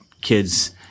kids